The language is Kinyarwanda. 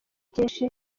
cyinshi